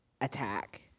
attack